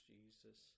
Jesus